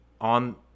on